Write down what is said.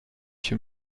się